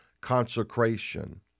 Consecration